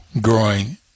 growing